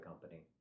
company